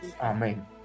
Amen